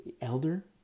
elder